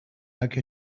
like